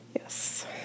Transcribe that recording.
Yes